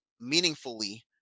meaningfully